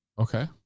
Okay